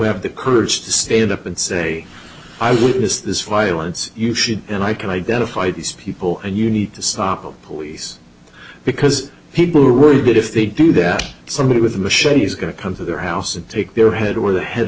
have the courage to stand up and say i've witnessed this violence you should and i can identify these people and you need to stop them police because people are worried that if they do that somebody with a machete is going to come to their house and take their head or the head